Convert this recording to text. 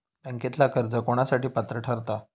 बँकेतला कर्ज कोणासाठी पात्र ठरता?